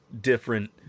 different